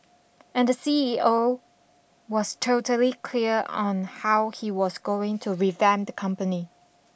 and the C E O was totally clear on how he was going to revamp the company